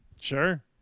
Sure